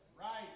Right